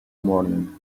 morning